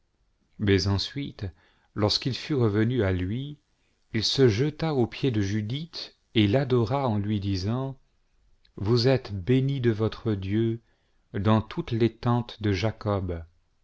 mais ensuite lorsqu'il fut revenu à lui il se jeta aux pieds de judith et l'adora en lui disant vous êtes bénie de votre dieu dans toutes les tentes de jacob